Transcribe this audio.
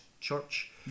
church